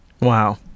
Wow